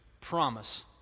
promise